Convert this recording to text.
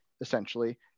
essentially